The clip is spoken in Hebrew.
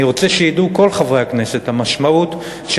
אני רוצה שידעו כל חברי הכנסת: המשמעות של